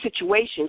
situations